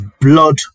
blood